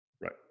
right